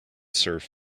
serve